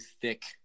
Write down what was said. thick